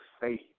faith